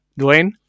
Dwayne